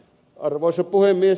arvoisa puhemies